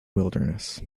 wilderness